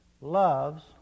loves